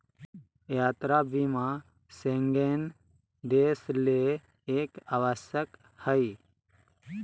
यात्रा बीमा शेंगेन देश ले एक आवश्यक हइ